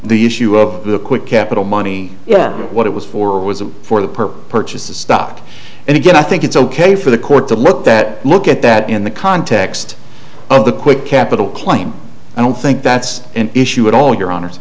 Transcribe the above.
the issue of the quick capital money yet what it was for was a for the perp purchase a stock and again i think it's ok for the court to let that look at that in the context of the quick capital claim i don't think that's an issue at all your hono